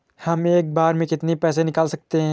हम एक बार में कितनी पैसे निकाल सकते हैं?